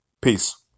Peace